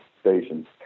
stations